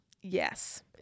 yes